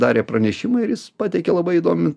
darė pranešimą ir jis pateikė labai įdomi